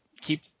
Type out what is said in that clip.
keep